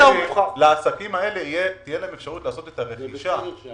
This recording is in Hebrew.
לעסקים האלה תהיה אפשרות לעשות את הרכישה